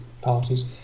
parties